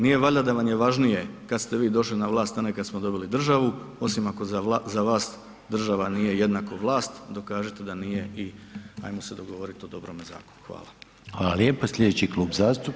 Nije valjda da vam je važnije kada ste vi došli na vlast a ne kada smo dobili državu osim ako za vas država nije jednako vlast, dokažite da nije i ajmo se dogovoriti o dobrome zakonu.